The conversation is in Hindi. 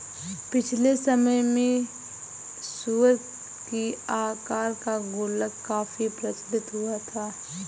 पिछले समय में सूअर की आकार का गुल्लक काफी प्रचलित हुआ करता था